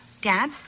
Dad